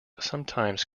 sometimes